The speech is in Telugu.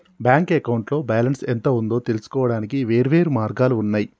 బ్యాంక్ అకౌంట్లో బ్యాలెన్స్ ఎంత ఉందో తెలుసుకోవడానికి వేర్వేరు మార్గాలు ఉన్నయి